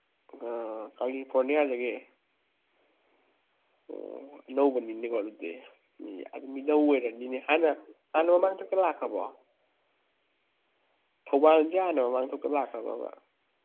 ꯑꯥ ꯀꯥꯂꯤꯐꯣꯔꯅꯤꯌꯥꯗꯒꯤ ꯑꯣ ꯑꯅꯧꯕꯅꯤꯅꯦꯀꯣ ꯑꯗꯨꯗꯤ ꯃꯤꯅꯧ ꯑꯣꯏꯔꯅꯤꯅꯦ ꯍꯥꯟꯅ ꯍꯥꯟꯅ ꯃꯃꯥꯡꯗꯒ ꯂꯥꯛꯈ꯭ꯔꯕꯣ ꯊꯧꯕꯥꯜꯁꯤ ꯍꯥꯟꯅ ꯃꯃꯥꯡꯗꯒ ꯂꯥꯛꯈ꯭ꯔꯕꯕ